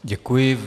Děkuji.